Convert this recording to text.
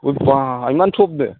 ओइ बाह एमान थबनो